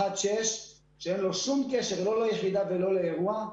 מח"ט 6, שאין לו שום קשר לא ליחידה ולא לאירוע.